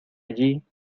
allí